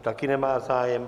Taky nemá zájem.